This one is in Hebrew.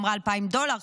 אמרה 2,000 דולר,